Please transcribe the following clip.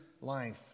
life